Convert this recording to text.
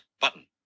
Button